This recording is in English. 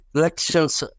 elections